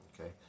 Okay